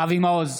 אבי מעוז,